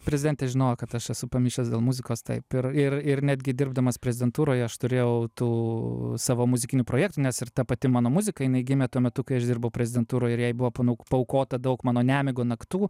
prezidentė žinojo kad aš esu pamišęs dėl muzikos taip ir ir ir netgi dirbdamas prezidentūroj aš turėjau tų savo muzikinių projektų nes ir ta pati mano muzika jinai gimė tuo metu kai aš dirbau prezidentūroj ir jai buvo panauko paaukota daug mano nemigo naktų